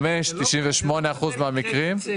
זה אחד מהרכיבים המהותיים של התיקון הזה.